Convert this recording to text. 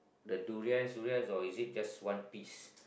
the durians durians or is it just one piece